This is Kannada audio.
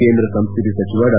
ಕೇಂದ್ರ ಸಂಸ್ಟೃತಿ ಸಚಿವ ಡಾ